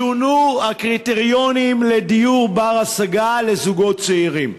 שונו הקריטריונים לדיור בר-השגה לזוגות צעירים,